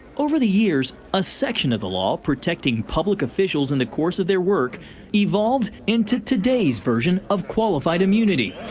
over the years a section of the law protecting public officials in the course of their work evolved into today's version of qualified immunity.